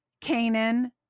Canaan